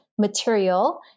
material